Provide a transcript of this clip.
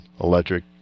electric